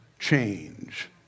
change